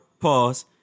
pause